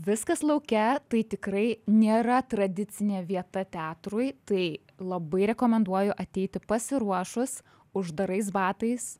viskas lauke tai tikrai nėra tradicinė vieta teatrui tai labai rekomenduoju ateiti pasiruošus uždarais batais